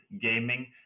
gaming